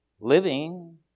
living